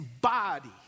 body